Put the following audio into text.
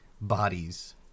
bodies